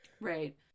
Right